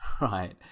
right